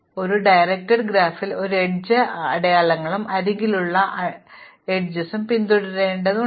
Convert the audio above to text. അതിനാൽ ഒരു സംവിധാനം ചെയ്ത ഗ്രാഫിൽ ഞങ്ങൾ എഡ്ജ് അമ്പടയാളങ്ങളും അരികുകളിലുള്ള അമ്പുകളും പിന്തുടരേണ്ടതുണ്ട്